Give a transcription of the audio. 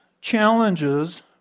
challenges